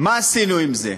מה עשינו עם זה?